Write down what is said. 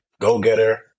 go-getter